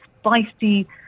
spicy